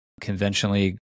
Conventionally